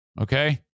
okay